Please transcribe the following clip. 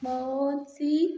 बहुत सी